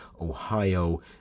Ohio